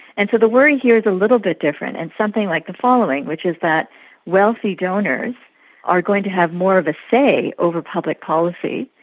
and so the worry here is a little bit different and something like the following, which is that wealthy donors are going to have more of a say over public policy,